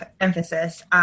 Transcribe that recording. emphasis